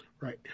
Right